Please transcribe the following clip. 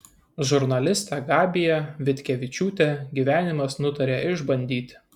žurnalistę gabiją vitkevičiūtę gyvenimas nutarė išbandyti